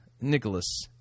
nicholas